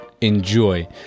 enjoy